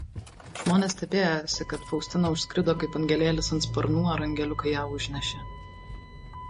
žmonės stebėjosi kad faustina užskrido kaip angelėlis ant sparnų ar angeliukai ją užnešė